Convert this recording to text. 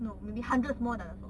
no maybe hundreds small dinosaur